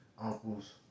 uncles